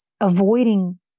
avoiding